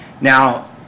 Now